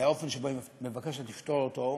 והאופן שבו היא מבקשת לפתור אותו,